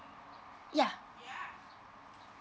ya